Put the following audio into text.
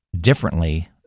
differently